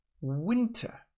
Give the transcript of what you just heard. winter